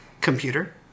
Computer